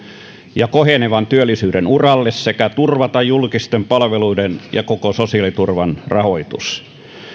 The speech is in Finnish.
ja kohenevan työllisyyden uralle sekä turvata julkisten palveluiden ja koko sosiaaliturvan rahoitus